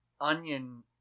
onion